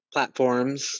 platforms